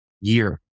year